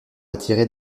attirer